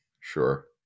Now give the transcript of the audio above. Sure